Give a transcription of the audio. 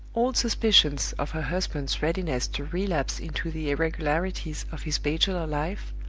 old suspicions of her husband's readiness to relapse into the irregularities of his bachelor life,